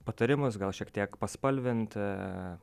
patarimus gal šiek tiek paspalvint